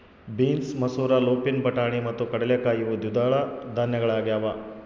beans ಮಸೂರ lupin ಬಟಾಣಿ ಮತ್ತು ಕಡಲೆಕಾಯಿ ಇವು ದ್ವಿದಳ ಧಾನ್ಯಗಳಾಗ್ಯವ